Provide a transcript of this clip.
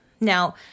now